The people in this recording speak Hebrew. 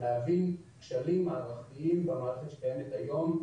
ולהביא כשלים מערכתיים במערכת שקיימת היום,